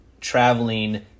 traveling